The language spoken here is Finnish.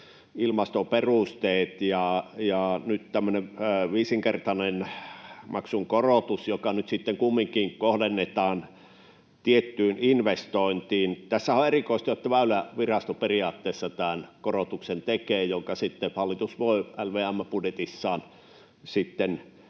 tulee tämmöinen viisinkertainen maksun korotus, joka nyt kumminkin kohdennetaan tiettyyn investointiin. Tässähän on erikoista, että Väylävirasto periaatteessa tekee tämän korotuksen, jonka sitten hallitus voi LVM:n budjetissaan